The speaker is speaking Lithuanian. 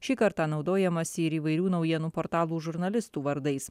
šį kartą naudojamasi ir įvairių naujienų portalų žurnalistų vardais